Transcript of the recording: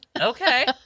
Okay